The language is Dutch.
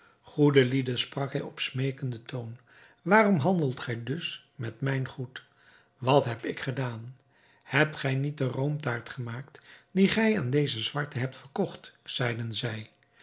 goede lieden sprak hij op smeekenden toon waarom handelt gij dus met mijn goed wat heb ik gedaan hebt gij niet de roomtaart gemaakt die gij aan dezen zwarte hebt verkocht zeiden zij